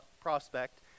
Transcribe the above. prospect